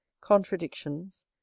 contradictions